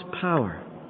power